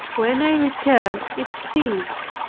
when i returned it ceased.